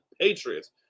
Patriots